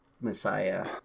Messiah